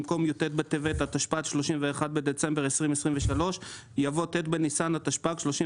במקום "י"ט בטבת התשפ"ד (31 בדצמבר 2023)" יבוא "ט' בניסן התשפ"ג (31